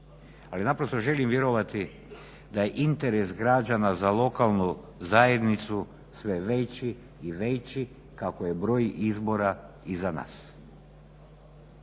ali naprosto želim vjerovati da je interes građana za lokalnu zajednicu sve veći i veći kako je broj izbora iza nas.